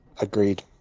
Agreed